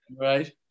right